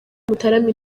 mutarama